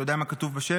אתה יודע מה כתוב בשלט?